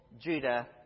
Judah